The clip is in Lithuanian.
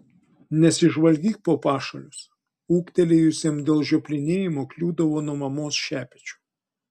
nesižvalgyk po pašalius ūgtelėjusiam dėl žioplinėjimo kliūdavo nuo mamos šepečiu